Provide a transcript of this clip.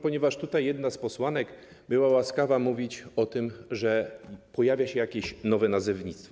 Ponieważ tutaj jedna z posłanek była łaskawa mówić o tym, że pojawia się jakieś nowe nazewnictwo.